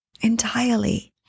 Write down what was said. entirely